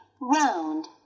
round